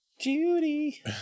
Judy